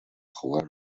jugar